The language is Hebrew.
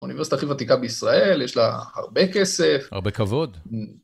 אוניברסיטה הכי ותיקה בישראל, יש לה הרבה כסף. הרבה כבוד.